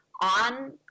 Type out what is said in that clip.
on